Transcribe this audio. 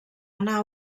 anar